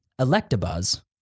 Electabuzz